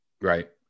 Right